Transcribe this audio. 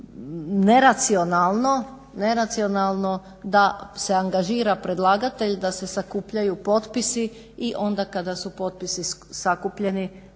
neracionalno da se angažira predlagatelj, da se sakupljaju potpisi i onda kada su potpisi sakupljeni